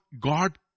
God